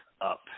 up